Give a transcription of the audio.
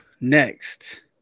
next